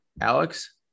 Alex